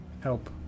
help